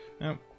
Now